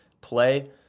play